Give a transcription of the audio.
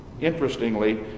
Interestingly